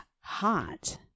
hot